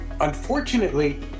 unfortunately